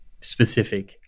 specific